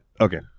Okay